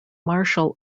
marshal